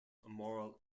moral